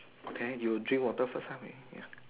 okay you drink water first ah ya